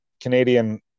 Canadian